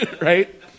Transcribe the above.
Right